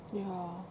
ya